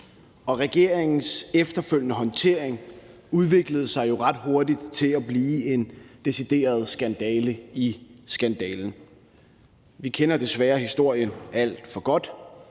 Og regeringens efterfølgende håndtering udviklede sig jo ret hurtigt til at blive en decideret skandale i skandalen. Vi kender desværre historien alt for godt